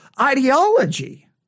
ideology